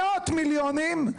מאות מיליונים,